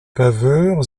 paveurs